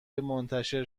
منتشر